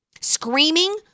Screaming